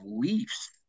beliefs